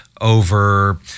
over